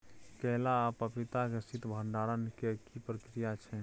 केला आ पपीता के शीत भंडारण के की प्रक्रिया छै?